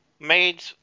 Made